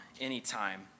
anytime